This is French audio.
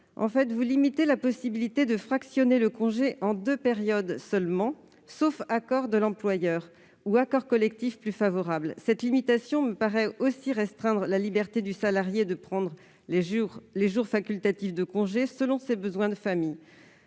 tendent à limiter le fractionnement à deux périodes seulement, sauf accord de l'employeur ou accord collectif plus favorable. Cette limitation me paraît restreindre la liberté du salarié de prendre les jours facultatifs de congé selon ses besoins de famille.